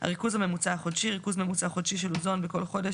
"הריכוז הממוצע החודשי" - ריכוז ממוצע חודשי של אוזון בכל חודש,